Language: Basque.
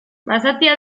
basatia